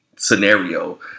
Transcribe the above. Scenario